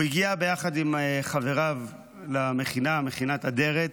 הוא הגיע ביחד עם חבריו למכינה, מכינת אדרת.